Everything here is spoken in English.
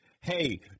hey